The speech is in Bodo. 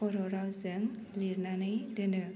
बर' रावजों लिरनानै दोनो